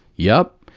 yep.